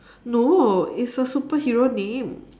no it's a superhero name